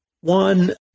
One